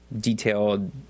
detailed